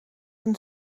een